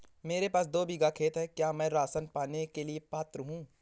मेरे पास दो बीघा खेत है क्या मैं राशन पाने के लिए पात्र हूँ?